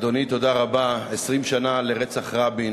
אדוני, תודה רבה, 20 שנה לרצח רבין,